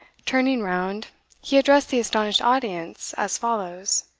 turning round he addressed the astonished audience as follows